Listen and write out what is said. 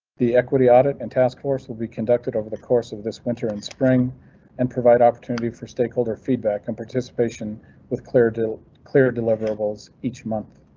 the equity audit and task force will be conducted over the course of this winter and spring and provide opportunity for stakeholder feedback and participation with clear, clear deliverables each month.